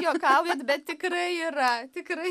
juokaujat bet tikrai yra tikrai